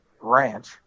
ranch